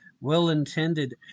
well-intended